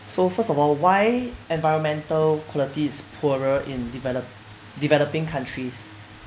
so first of all why environmental qualities is poorer in developed developing countries